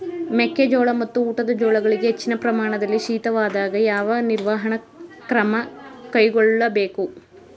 ಮೆಕ್ಕೆ ಜೋಳ ಮತ್ತು ಊಟದ ಜೋಳಗಳಿಗೆ ಹೆಚ್ಚಿನ ಪ್ರಮಾಣದಲ್ಲಿ ಶೀತವಾದಾಗ, ಯಾವ ನಿರ್ವಹಣಾ ಕ್ರಮ ಕೈಗೊಳ್ಳಬೇಕು?